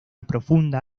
profunda